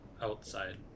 outside